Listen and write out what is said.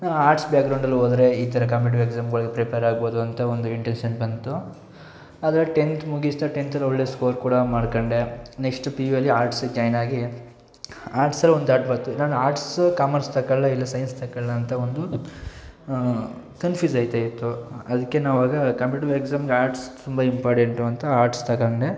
ನಾನು ಆರ್ಟ್ಸ್ ಬ್ಯಾಗ್ರೌಂಡಲ್ಲಿ ಹೋದರೆ ಈ ಥರ ಕಾಂಪಿಟಿವ್ ಎಕ್ಸಾಮ್ಸ್ಗಳಿಗೆ ಪ್ರಿಪೇರ್ ಆಗ್ಬೋದು ಅಂತ ಒಂದು ಇಂಟೆನ್ಷನ್ ಬಂತು ಆದರೆ ಟೆಂತ್ ಮುಗಿಸ್ತಾ ಟೆಂತಲ್ಲಿ ಒಳ್ಳೆಯ ಸ್ಕೋರ್ ಕೂಡ ಮಾಡಿಕೊಂಡೆ ನೆಕ್ಷ್ಟ್ ಪಿ ಯು ಅಲ್ಲಿ ಆರ್ಟ್ಸಗೆ ಜಾಯ್ನ್ ಆಗಿ ಆರ್ಟ್ಸಲ್ಲಿ ಒಂದು ತಾಟ್ ಬಂತು ನಾನು ಆರ್ಟ್ಸ್ ಕಾಮರ್ಸ್ ತಗೊಳ್ಳ ಇಲ್ಲ ಸೈನ್ಸ್ ತಗೊಳ್ಳಾ ಅಂತ ಒಂದು ಕನ್ಫ್ಯೂಸ್ ಆಯಿತಾ ಇತ್ತು ಅದಕ್ಕೆ ನಾವು ಆಗ ಕಾಂಪಿಟಿವ್ ಎಕ್ಸಾಮ್ಗೆ ಆರ್ಟ್ಸ್ ತುಂಬ ಇಂಪಾರ್ಟೆಂಟು ಅಂತ ಆರ್ಟ್ಸ್ ತಗೊಂಡೆ